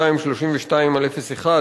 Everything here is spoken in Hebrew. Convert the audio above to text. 9232/01,